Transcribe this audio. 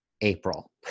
April